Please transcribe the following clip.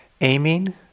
aiming